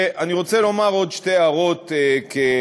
אני רוצה לומר עוד שתי הערות כהקדמה.